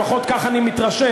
לפחות כך אני מתרשם,